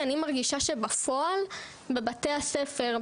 אני מרגישה שבפועל בבתי הספר,